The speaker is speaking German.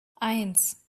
eins